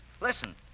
Listen